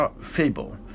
fable